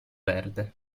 verde